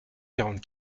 quarante